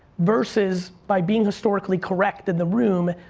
versus by being historically correct in the room.